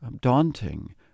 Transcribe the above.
daunting